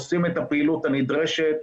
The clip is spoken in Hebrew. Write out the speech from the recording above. עושים את הפעילות הנדרשת,